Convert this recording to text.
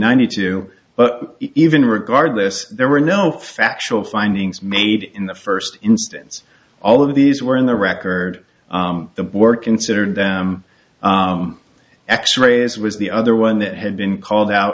ninety two but even regardless there were no factual findings made in the first instance all of these were in the record the board considered them x rays was the other one that had been called out